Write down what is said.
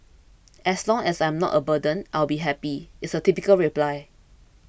as long as I am not a burden I will be happy is a typical reply